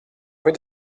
rue